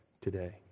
today